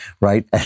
right